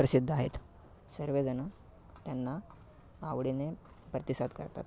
प्रसिद्ध आहेत सर्वजणं त्यांना आवडीने प्रतिसाद करतात